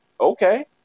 Okay